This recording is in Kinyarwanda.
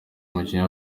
umukinnyi